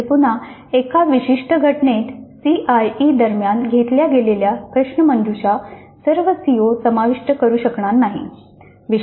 येथे पुन्हा एका विशिष्ट घटनेत सीआयई दरम्यान घेतल्या गेलेल्या प्रश्नमंजुषा सर्व सीओ समाविष्ट करू शकणार नाहीत